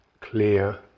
clear